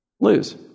lose